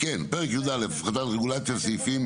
(הפחתת רגולציה), סעיפים